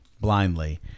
blindly